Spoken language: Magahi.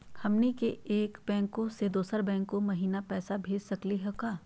हमनी के एक बैंको स दुसरो बैंको महिना पैसवा भेज सकली का हो?